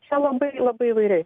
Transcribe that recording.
čia labai labai įvairiai